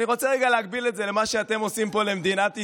אני רוצה להקביל את זה למה שאתם עושים פה למדינת ישראל,